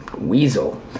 weasel